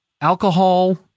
alcohol